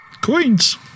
coins